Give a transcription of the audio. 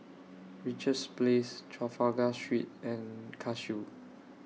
Richards Place Trafalgar Street and Cashew